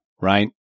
right